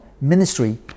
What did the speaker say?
Ministry